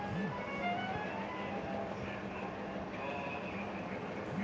production స్థాయిలోనే capital గోడౌన్లలో ఉన్నప్పుడు కంపెనీ నెమ్మదిగా నష్టాలబాట పడతది